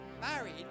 married